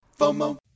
FOMO